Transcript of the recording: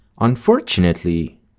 Unfortunately